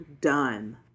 done